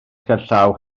gerllaw